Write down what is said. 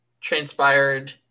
transpired